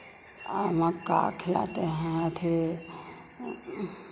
आ मक्का खिलाते हैं अथि